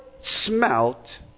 smelt